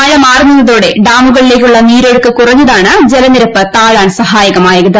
മഴ മാറിനിന്നതോടെ ഡാമുകളിലേക്കുള്ള നീരൊഴുക്കു കുറഞ്ഞതാണു ജലനിരപ്പ് താഴാൻ സഹായകമായത്